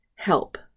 help